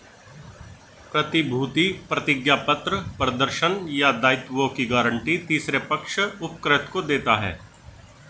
प्रतिभूति प्रतिज्ञापत्र प्रदर्शन या दायित्वों की गारंटी तीसरे पक्ष उपकृत को देता है